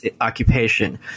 occupation